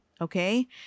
okay